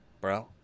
bro